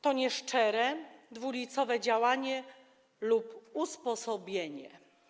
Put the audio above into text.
To nieszczerze, dwulicowe działanie lub usposobienie.